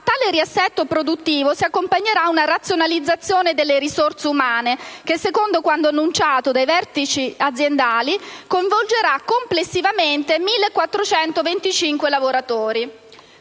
A tale riassetto produttivo si accompagnerà una razionalizzazione delle risorse umane che, secondo quanto annunciato dai vertici aziendali, coinvolgerà complessivamente 1.425 lavoratori.